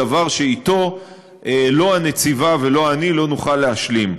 דבר שאתו לא הנציבה ולא אני לא נוכל להשלים.